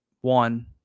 one